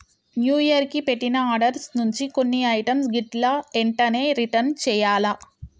new year కి పెట్టిన orders నుంచి కొన్ని ఐటమ్స్ గిట్లా ఎంటనే రిటర్న్ చెయ్యాల్ల